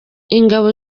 ingabo